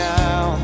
now